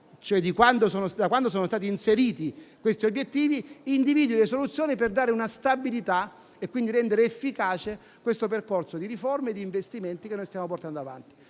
cioè da quando sono stati inseriti questi obiettivi, individui le soluzioni per dare stabilità e quindi rendere efficace il percorso di riforme e di investimenti che stiamo portando avanti.